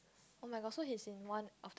oh-my-god so he's in one of